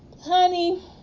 honey